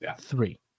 three